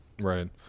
right